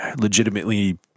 legitimately